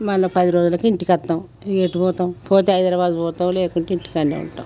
మళ్ళీ పది రోజులకి ఇంటికి వస్తాం ఇంకెటు పోతాం పోతే హైదరాబాదు పోతాం లేకుంటే ఇంటికాడనే ఉంటాం